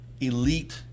elite